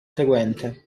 seguente